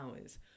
hours